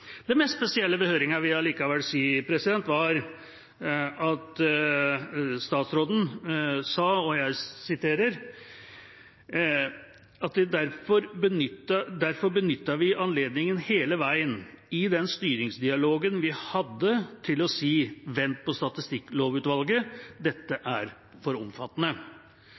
Det mest spesielle ved høringen vil jeg allikevel si var at statsråden sa: «Derfor benyttet vi anledningen hele veien i den styringsdialogen vi hadde, til å si: Vent på Statistikklovutvalget, dette er for omfattende.»